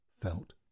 felt